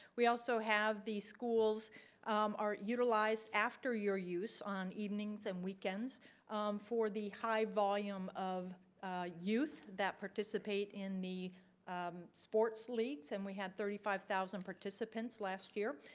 we also have the schools are utilized after your use on evenings and weekends for the high volume of youth that participate in the um sports leagues and we had thirty five thousand participants last year.